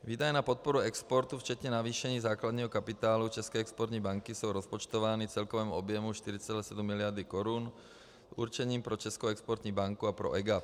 Výdaje na podporu exportu včetně navýšení základního kapitálu České exportní banky jsou rozpočtovány v celkovém objemu 4,7 mld. korun určením pro Českou exportní banku a pro EGAP.